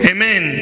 Amen